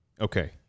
Okay